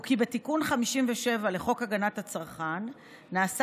כי בתיקון 57 לחוק הגנת הצרכן נעשה